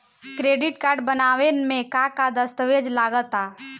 Credit card बनवावे म का का दस्तावेज लगा ता?